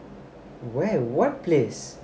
where what place